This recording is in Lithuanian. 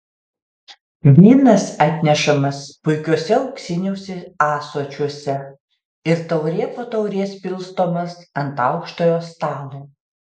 vynas atnešamas puikiuose auksiniuose ąsočiuose ir taurė po taurės pilstomas ant aukštojo stalo